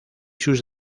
sus